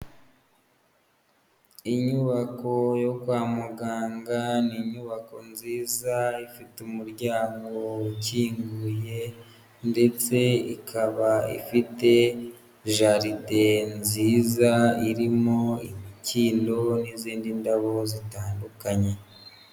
Inyubako yo kwa muganga, ni inyubako nziza ifite umuryango ukinguye, ndetse ikaba ifite jaride nziza irimo imikindo n'izindi ndabo zitandukanye.